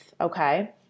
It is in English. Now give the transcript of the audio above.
Okay